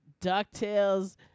DuckTales